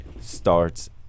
starts